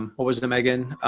um what was it meaghan?